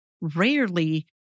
rarely